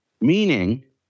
Meaning